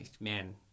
man